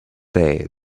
day